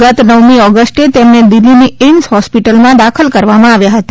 ગત નવમી ઓગષ્ટે તેમને દિલ્હીની એઇમ્સ હોસ્પીટલમાં દાખલ કરવામાં આવ્યા હતા